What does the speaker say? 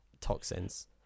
toxins